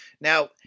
Now